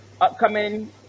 upcoming